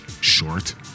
short